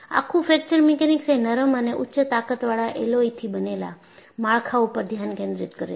આખું fracture mechanics એ નરમ અને ઉચ્ચ તાકતવાળા એલોયથી બનેલા માળખાં ઉપર ધ્યાન કેન્દ્રિત કરે છે